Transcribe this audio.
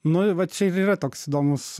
nu i va čia ir yra toks įdomus